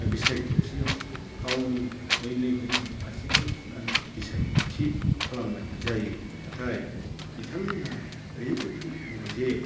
बिसायख'थियाव गावनि मैलो गोनां आसिखौ थुनानै बिसायख'थि खालामनाय जायो नाथाय बिथांमोनहा ओरैबायदि दङ जे